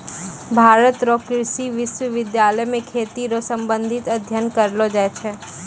भारत रो कृषि विश्वबिद्यालय मे खेती रो संबंधित अध्ययन करलो जाय छै